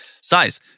Size